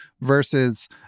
versus